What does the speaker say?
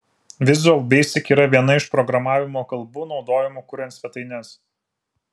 visual basic yra viena iš programavimo kalbų naudojamų kuriant svetaines